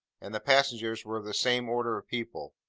and the passengers were of the same order of people.